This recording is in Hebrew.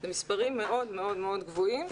אלה מספרים מאוד מאוד גבוהים.